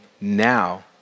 now